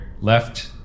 Left